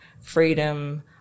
freedom